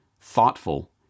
thoughtful